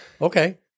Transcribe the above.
Okay